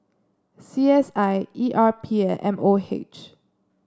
C S I E R P and M O H